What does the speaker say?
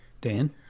Dan